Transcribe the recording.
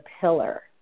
pillar